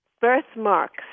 Birthmarks